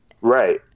Right